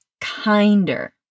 kinder